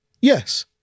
Yes